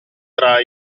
tra